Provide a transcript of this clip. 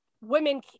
women